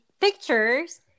pictures